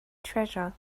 treasure